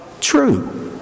true